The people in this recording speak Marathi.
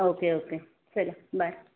ओके ओके चला बाय